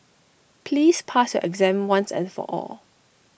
please pass your exam once and for all